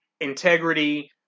integrity